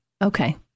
Okay